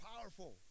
powerful